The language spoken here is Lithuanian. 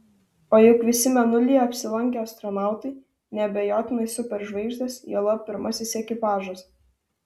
o juk visi mėnulyje apsilankę astronautai neabejotinai superžvaigždės juolab pirmasis ekipažas